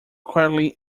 quietly